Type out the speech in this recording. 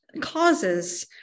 causes